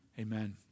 Amen